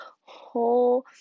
whole